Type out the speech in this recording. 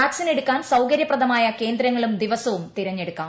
വാക്സിനെടുക്കാൻ സൌകര്യപ്രദമായ കേന്ദ്രങ്ങളും ദിവസവും തിരഞ്ഞെടുക്കാം